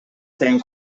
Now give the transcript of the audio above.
same